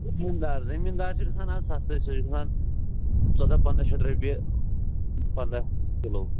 زٔمیٖنٛدار زمیٖنٛدار چھِ گژھان اَز سَستے سُہ چھُ گژھان ژۄداہ پَنٛداہ شَتھ رۄپیہِ پنٛداہ کِلوٗ